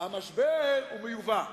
המשבר מיובא,